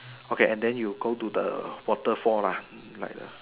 okay and then you go to the waterfall lah like the